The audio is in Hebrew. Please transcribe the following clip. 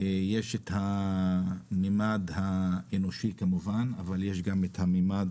יש את הממד האנושי, אבל יש גם את הממד